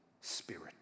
spirit